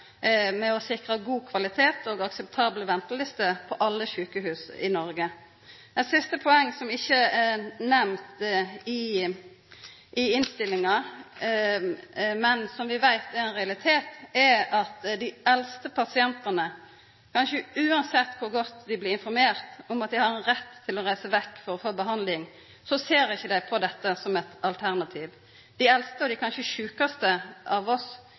med å sikra god kvalitet og akseptable ventelister på alle sjukehus i Noreg. Eit siste poeng som ikkje er nemnt i innstillinga, men som vi veit er ein realitet, er at dei eldste pasientane kanskje uansett kor godt dei blir informerte om at dei har ein rett til å reisa vekk for å få behandling, ikkje ser på dette som eit alternativ. Dei eldste og dei kanskje sjukaste av oss